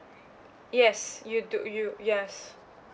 yes you do you yes